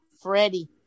Freddie